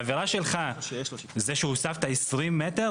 העבירה שלך זה שהוספת 20 מטר,